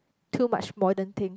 too much modern thing